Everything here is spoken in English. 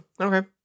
Okay